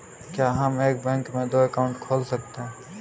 क्या हम एक बैंक में दो अकाउंट खोल सकते हैं?